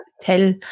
tell